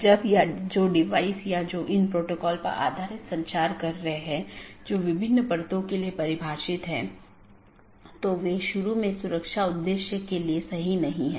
BGP या border gateway protocol बाहरी routing protocol है जो ऑटॉनमस सिस्टमों के पार पैकेट को सही तरीके से रूट करने में मदद करता है